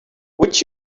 would